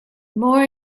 more